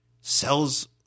sells